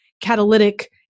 catalytic